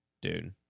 dude